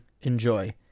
enjoy